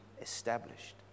established